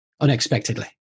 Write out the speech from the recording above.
unexpectedly